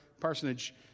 parsonage